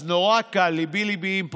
אז נורא קל ליבי-ליבי עם פרופ'